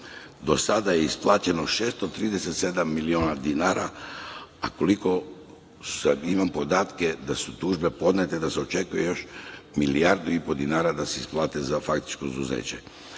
do sada je isplaćeno 637 miliona dinara, a koliko sada imam podatke da su tužbe podnete, da se očekuje još milijardu i po dinara da se isplate za faktičko